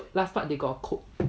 last part they got a quote